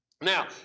Now